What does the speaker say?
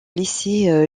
lycée